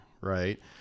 right